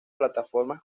plataformas